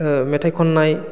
मेथाइ खननाय